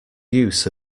use